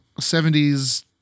70s